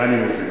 זה אני מבין,